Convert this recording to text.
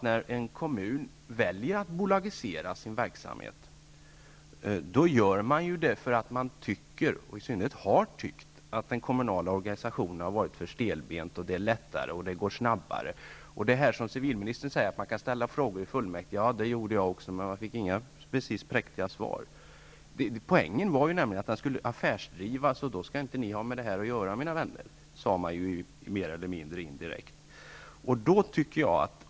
När en kommun väljer att bolagisera sin verksamhet, gör den ju det för att den tycker -- i synnerhet har tyckt -- att den kommunala organisationen är för stelbent och att det helt enkelt går lättare och snabbare på så sätt. Civilministern säger att man kan ställa frågor i fullmäktige. Ja, det har jag gjort, men jag fick inte precis några riktiga svar. Mer eller mindre indirekt sade man: Poängen är att det hela skall drivas kommersiellt och då skall ni inte ha med det att göra, mina vänner.